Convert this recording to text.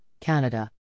Canada